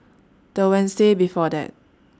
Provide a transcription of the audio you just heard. The Wednesday before that